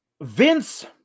Vince